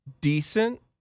decent